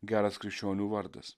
geras krikščionių vardas